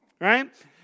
right